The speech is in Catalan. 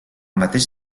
mateix